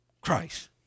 Christ